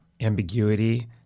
ambiguity